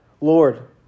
Lord